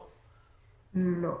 לא.